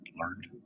learned